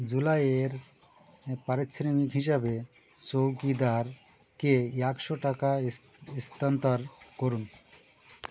জুুলাইয়ের পারিশ্রমিক হিসাবে চৌকিদারকে একশো টাকা স্থানান্তর করুন